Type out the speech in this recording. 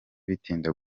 bitinda